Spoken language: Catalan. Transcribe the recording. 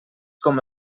com